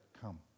come